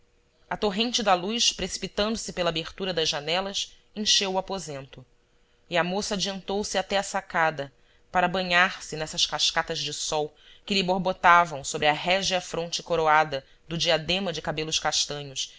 a torrente da luz precipitando-se pela abertura das janelas encheu o aposento e a moça adiantouse até a sacada para banhar se nessas cascatas de sol que lhe borbotavam sobre a régia fronte coroada do diadema de cabelos castanhos